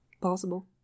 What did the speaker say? Possible